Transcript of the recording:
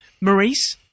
Maurice